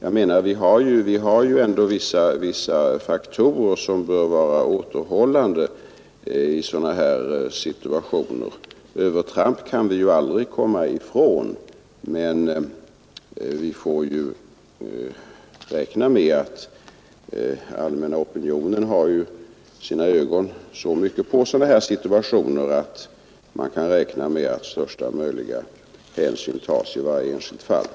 Det finns alltså vissa faktorer som bör vara återhållande i sådana här situationer. Övertramp kan vi ju aldrig komma ifrån, men vi får räkna med att allmänna opinionen har sina ögon i stor utsträckning på sådana här situationer att man kan förutsätta att största möjliga hänsyn tas i varje enskilt fall.